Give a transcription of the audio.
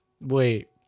Wait